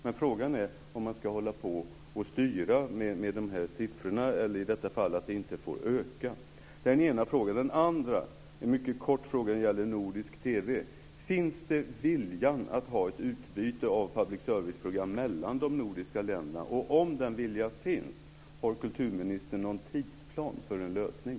Men frågan är om man ska hålla på att styra och säga att det inte får öka. Det är den ena frågan. Den andra är mycket kort och gäller nordisk TV. Finns det viljan att ha ett utbyte av public serviceprogram mellan de nordiska länderna? Om den viljan finns, har kulturministern någon tidsplan för en lösning?